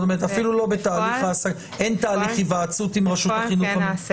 אפילו אין תהליך היוועצות עם רשות החינוך המקומית.